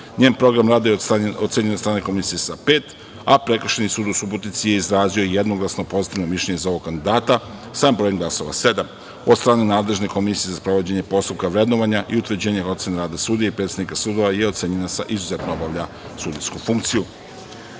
Njen program rada je ocenjen od strane Komisije sa „pet“, a Prekršajni sud u Subotici je izrazio jednoglasno pozitivno mišljenje za ovog kandidata, sa brojem glasova – sedam, od strane nadležne komisije za sprovođenje postupka vrednovanja i utvrđivanja ocena rada sudija i predsednika sudova je ocenjena sa „izuzetno obavlja sudijsku funkciju“.Što